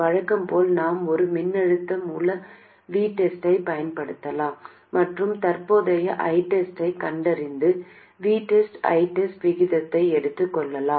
வழக்கம் போல் நாம் ஒரு மின்னழுத்த மூல VTEST ஐப் பயன்படுத்தலாம் மற்றும் தற்போதைய ITEST ஐக் கண்டறிந்து VTESTITEST விகிதத்தை எடுத்துக் கொள்ளலாம்